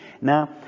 Now